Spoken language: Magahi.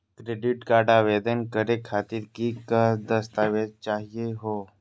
क्रेडिट कार्ड आवेदन करे खातीर कि क दस्तावेज चाहीयो हो?